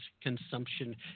consumption